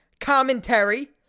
commentary